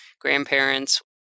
grandparents